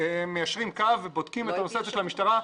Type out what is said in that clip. מיישרים קו ובודקים את הנושא של המשטרה.